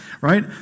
Right